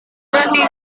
berarti